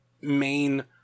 main